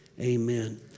Amen